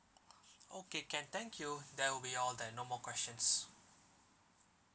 okay can thank you that will be all then no more questions